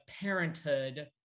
parenthood